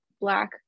black